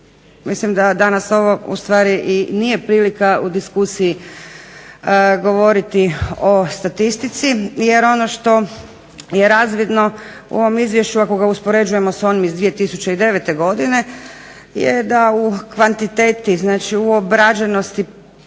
Mislim da danas ovo ustvari i nije prilika u diskusiji govoriti o statistici jer ono što je razvidno u ovom izvješću, ako ga uspoređujemo s onim iz 2009. godine, je da u kvantiteti, znači u obrađenosti